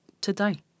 today